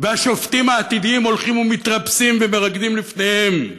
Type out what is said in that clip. והשופטים העתידיים הולכים ומתרפסים ומרקדים לפניהם.